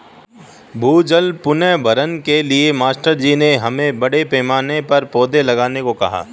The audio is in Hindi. भूजल पुनर्भरण के लिए मास्टर जी ने हमें बड़े पैमाने पर पौधे लगाने को कहा है